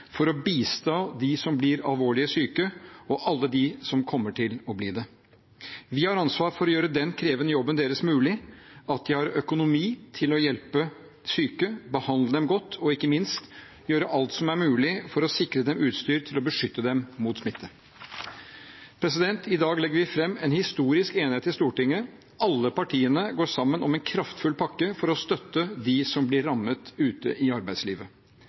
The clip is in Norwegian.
for å bistå de som blir alvorlig syke, og alle dem som kommer til å bli det. Vi har ansvar for å gjøre den krevende jobben deres mulig, at de har økonomi til å hjelpe syke, behandle dem godt og ikke minst gjøre alt som er mulig for å sikre dem utstyr til å beskytte dem mot smitte. I dag legger vi fram en historisk enighet i Stortinget. Alle partiene går sammen om en kraftfull pakke for å støtte de som blir rammet ute i arbeidslivet: